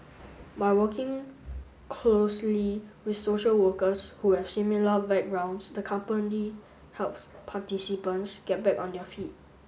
by working closely with social workers who have similar backgrounds the company helps participants get back on their feet